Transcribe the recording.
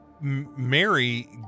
Mary